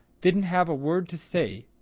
didn't have a word to say,